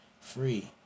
free